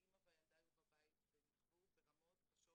האימא והילדה היו בבית והן נכוו ברמות קשות,